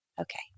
Okay